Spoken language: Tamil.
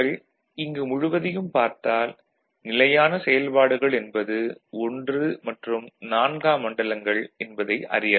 1V எனவே நீங்கள் இங்கு முழுவதையும் பார்த்தால் நிலையான செயல்பாடுகள் என்பது 1 மற்றும் 4 ம் மண்டலங்கள் என்பதை அறியலாம்